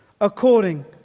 according